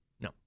No